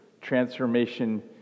transformation